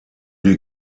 die